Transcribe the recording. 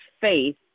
faith